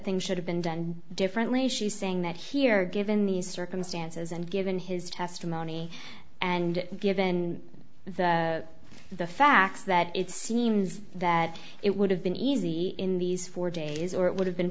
things should have been done differently she's saying that here given these circumstances and given his testimony and given the facts that it seems that it would have been easy in these four days or it would have been